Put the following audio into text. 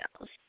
else